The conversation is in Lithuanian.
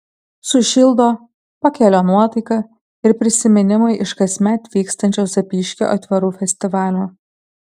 sušildo pakelia nuotaiką ir prisiminimai iš kasmet vykstančio zapyškio aitvarų festivalio